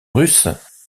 russes